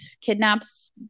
kidnaps